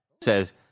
Says